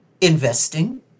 investing